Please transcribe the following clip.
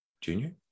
junior